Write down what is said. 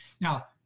Now